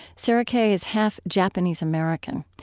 sarah kay is half japanese-american.